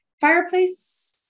Fireplace